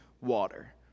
water